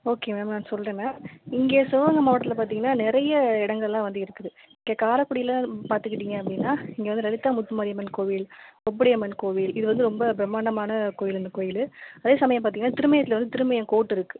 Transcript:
okay ma'am நான் சொல்கிறேன் ma'am இங்கே சிவகங்கை மாவட்டத்தில் பார்த்தீங்கன்னாநிறைய இடங்கள்லாம் வந்து இருக்குது இங்கே காரைக்குடில பார்த்துக்கிட்டீங்க அப்படின்னா இங்கே வந்து லலிதா முத்துமாரியம்மன் கோவில் கொப்புடையம்மன் கோவில் இது வந்து ரொம்ப பிரமாண்டமான கோவில் அந்தக் கோவிலு அதே சமயம் பார்த்தீங்கன்னா திருமயத்தில் வந்து திருமயம் போர்ட் இருக்குது